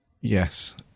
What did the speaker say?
yes